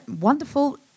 Wonderful